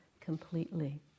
completely